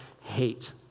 hate